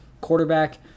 Quarterback